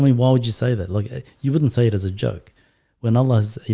why would you say that like a you wouldn't say it as a joke when unless you